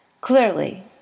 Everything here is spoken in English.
Clearly